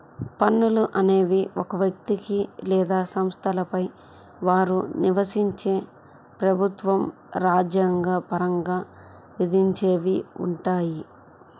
పన్నులు అనేవి ఒక వ్యక్తికి లేదా సంస్థలపై వారు నివసించే ప్రభుత్వం రాజ్యాంగ పరంగా విధించేవిగా ఉంటాయి